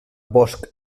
bosc